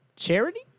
Charity